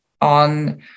on